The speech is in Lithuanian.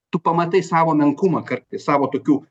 tu pamatai savo menkumą kartais savo tokių